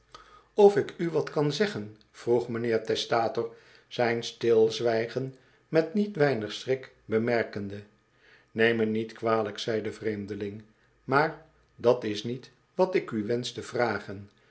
of ik u wat kan zeggen vroeg mijnheer testator zijn stilzwijgen met niet weinig schrik bemerkende neem me niet kwalijk zei de vreemdeling maar dat is niet wat ik u wensch te vragen